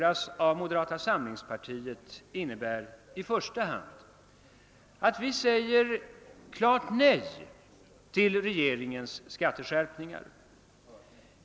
av moderata samlingspartiet, innebär i första hand att vi klart säger nej till regeringens skatteskärpningar.